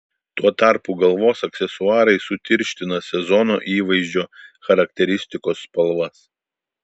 tuo tarpu galvos aksesuarai sutirština sezono įvaizdžio charakteristikos spalvas